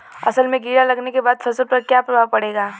असल में कीड़ा लगने के बाद फसल पर क्या प्रभाव पड़ेगा?